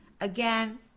Again